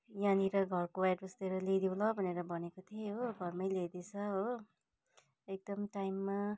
यहाँनिर घरको एड्रेसतिर ल्याइदेऊ ल भनेर भनेको थिएँ हो घरमै ल्याइदिएछ हो एकदम टाइममा